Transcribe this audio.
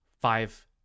five